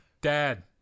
Dad